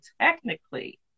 technically